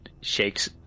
shakes